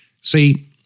See